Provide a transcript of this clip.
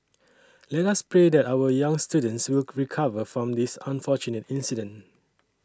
let us pray that our young students will recover from this unfortunate incident